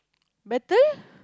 better